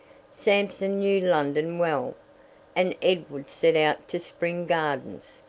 sampson knew london well and edward set out to spring gardens,